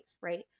Right